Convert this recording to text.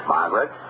Margaret